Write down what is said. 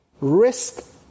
Risk